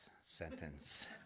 sentence